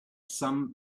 some